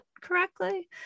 correctly